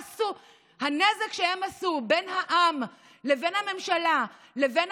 הנזק שהם עשו, בין העם לבין הממשלה, לבין